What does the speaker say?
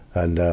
and,